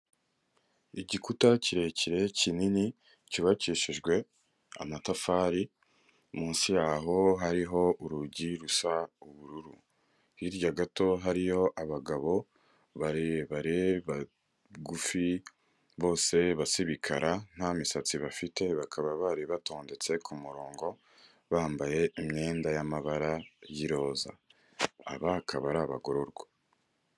Igikuta kirekire kinini cyubakishijwe amatafari munsi yaho hariho urugi rusa ubururu, hirya gato hariyo abagabo barebare, bagufi bose basa ibikara nta misatsi bafite bakaba bari batondetse ku murongo bambaye imyenda y'amabara y'iroza aba akaba ari abagororwa.